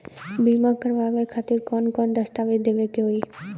बीमा करवाए खातिर कौन कौन दस्तावेज़ देवे के होई?